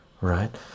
right